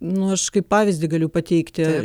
nu aš kaip pavyzdį galiu pateikti